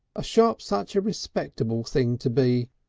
a shop's such a respectable thing to be,